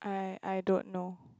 I I don't know